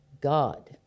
God